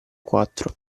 quattro